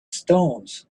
stones